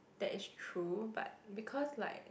that is true but because like